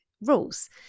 rules